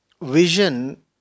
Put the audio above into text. vision